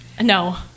No